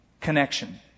connection